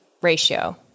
ratio